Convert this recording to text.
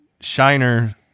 Shiner